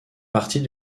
partie